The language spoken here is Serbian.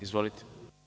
Izvolite.